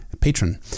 patron